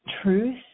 truth